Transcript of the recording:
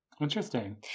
Interesting